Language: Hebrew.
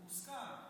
הוא מוסכם.